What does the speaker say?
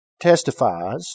testifies